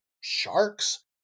sharks